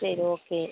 சரி ஓகே